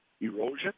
erosion